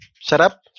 setup